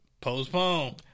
postponed